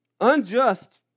unjust